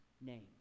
name